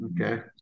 okay